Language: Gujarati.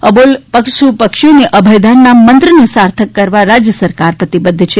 અબોલ પશુ પક્ષીઓને અભયદાનના મંત્રને સાર્થક કરવા રાજ્ય સરકાર પ્રતિબદ્ધ છે